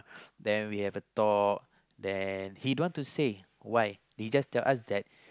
then we have a talk he don't want to say why he just tell us that